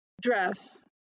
dress